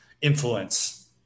influence